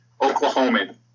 Oklahoman